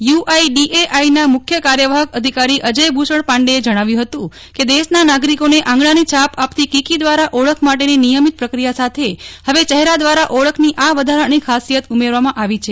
યુઆઈડીએઆઈના મુખ્ય કાર્યવાહક અધિકારી અજય ભૂષણ પાંડેએ જણાવ્યું હતું કે દેશના નાગરિકોને આંગળાની છાપ આપતી કિકિ દ્વારા ઓળખ માટેની નિયમિત પ્રક્રિયા સાથે હવે ચહેરા દ્વારા ઓળખની આ વધારાની ખાસિયત ઉમેરવામાં આવી છે